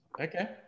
Okay